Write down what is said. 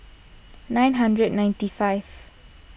nine hundred ninety five